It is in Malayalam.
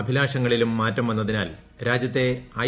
അഭിലാഷങ്ങളിലും മാറ്റം വന്നുതിനാൽ രാജ്യത്തെ ഐ